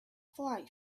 flight